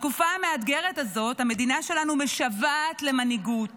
בתקופה המאתגרת הזאת, המדינה שלנו משוועת למנהיגות